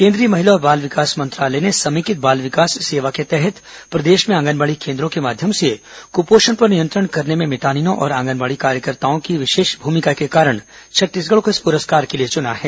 केंद्रीय महिला और बाल विकास मंत्रालय ने समेकित बाल विकास सेवा के तहत प्रदेश में आंगनबाड़ी केन्द्रों के माध्यम से कुपोषण पर नियंत्रण करने में मितानिनों और आंगनबाड़ी कार्यकर्ताआं की विशेष भूमिका के कारण छत्तीसगढ़ को इस पुरस्कार के लिए चुना है